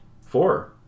Four